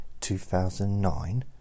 2009